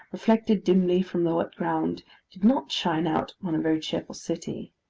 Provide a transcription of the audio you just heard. reflected dismally from the wet ground, did not shine out upon a very cheerful city.